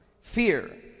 Fear